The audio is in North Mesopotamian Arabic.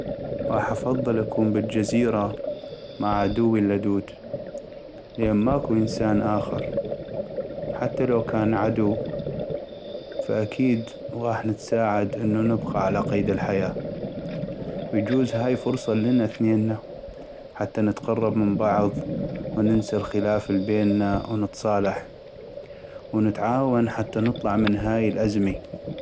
غاح أفضل اكون بالجزيرة مع عدوي اللدود ، لان ماكو انسان آخر ،حتى لو كان عدو فأكيد غاح نتساعد انو نبقى على قيد الحياة ، ويجوز هاي فرصة النا ثنينا حتى نتقرب من بعض وننسى الخلاف البينا ونتصالح ، ونتعاون حتى نطلع من هاي الازمي.